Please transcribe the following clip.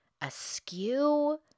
askew